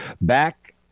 back